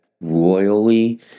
royally